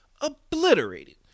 obliterated